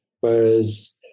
Whereas